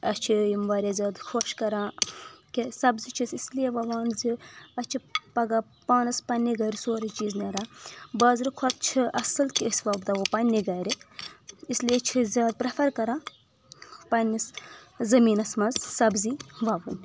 اسہِ چھِ یِم وایاہ زیادٕ خۄش کران کہِ سبٕزی چھِ أسۍ اسلیے ووان زِ اسہِ چھِ پگہہ پانس پننہِ گرِ سورُے چیٖز نیران بازرٕ کھۄتہٕ چھِ اصل کہِ أسۍ وۄپداوو پننہِ گرِ اس لیے چھِ أسۍ زیادٕ پریفر کران پننس زٔمیٖنس منٛز سبٕزی ووٕنۍ